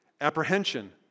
apprehension